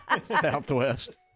Southwest